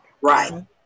Right